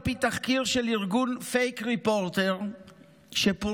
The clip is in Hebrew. על פי תחקיר של ארגון פייק ריפורטר שפורסם,